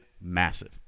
massive